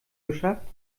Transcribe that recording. geschafft